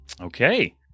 Okay